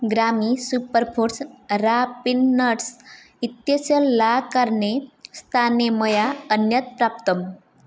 ग्रामी super foods raw peanuts इत्यस्य ला कार्ने स्ताने मया अन्यत् प्राप्तम्